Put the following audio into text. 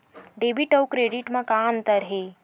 Debit अउ credit म का अंतर हे?